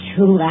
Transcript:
Two